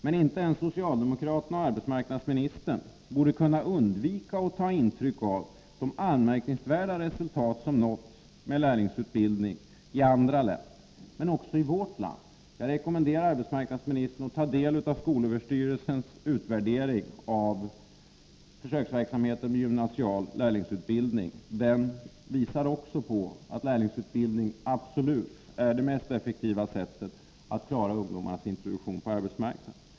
Men inte ens socialdemokraterna och arbetsmarknadsministern borde kunna undvika att ta intryck av de anmärkningsvärda resultat som nåtts med lärlingsutbildning både i andra länder och i vårt eget land. Jag rekommenderar arbetsmarknadsministern att ta del av skolöverstyrelsens utvärdering av försöksverksamheten med gymnasial lärlingsutbildning. Också den visar att lärlingsutbildning är det mest effektiva sättet att klara ungdomarnas introduktion på arbetsmarknaden.